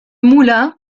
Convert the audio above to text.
moulin